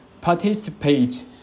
participate